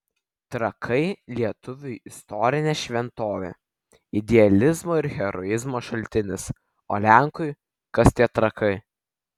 trakai lietuviui istorinė šventovė idealizmo ir heroizmo šaltinis o lenkui kas tie trakai